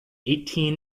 eighteen